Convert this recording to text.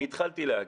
אני התחלתי להגיד,